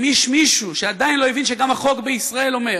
אם יש מישהו שעדיין לא הבין שגם החוק בישראל אומר